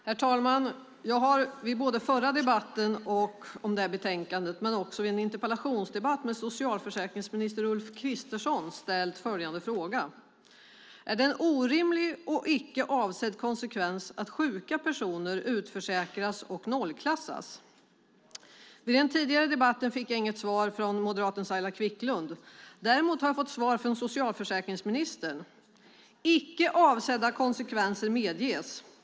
Herr talman! Jag har vid både förra debatten om det här ärendet och vid en interpellationsdebatt med socialförsäkringsminister Ulf Kristersson ställt följande fråga: Är det en orimlig och icke avsedd konsekvens att sjuka personer utförsäkras och nollklassas? Vid den tidigare debatten fick jag inget svar från moderaten Saila Quicklund. Däremot har jag fått svar från socialförsäkringsministern. "Icke avsedda konsekvenser medges.